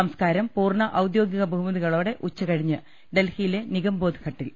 സംസ്കാരം പൂർണ്ണ ഔദ്യോഗിക ബഹുമതികളോടെ ഉച്ച കഴിഞ്ഞ് ഡൽഹിയിലെ നിഗംബോധ്ഘട്ടിൽ